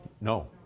No